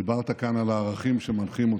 דיברת כאן על הערכים שמנחים אותך,